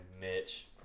Mitch